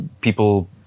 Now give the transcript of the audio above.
people